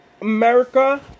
America